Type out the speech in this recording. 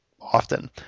often